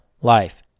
life